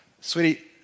Sweetie